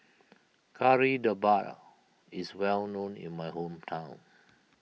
Kari Debal is well known in my hometown